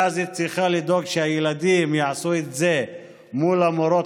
ואז היא צריכה לדאוג שהילדים יעשו את זה מול המורות